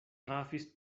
trafis